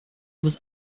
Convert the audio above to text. was